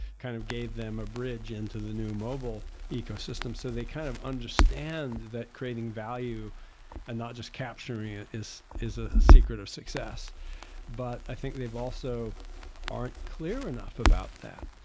kind of gave them a bridge into the new mobile ecosystem so they kind of understand that creating value and not just capturing it is is a secret of success but i think they've also aren't clear enough about that.